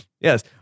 Yes